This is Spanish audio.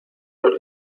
los